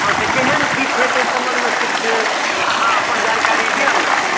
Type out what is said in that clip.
हँ से केहन की छै ताहि संबन्धमे किछु अहाँ अपन जानकारी दिअ ने